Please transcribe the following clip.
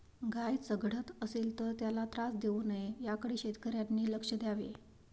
गाय चघळत असेल तर त्याला त्रास देऊ नये याकडे शेतकऱ्यांनी लक्ष द्यावे